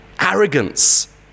arrogance